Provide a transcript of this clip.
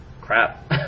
crap